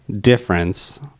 difference